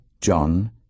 John